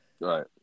right